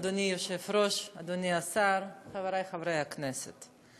אדוני היושב-ראש, אדוני השר, חברי חברי הכנסת,